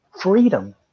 freedom